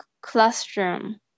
classroom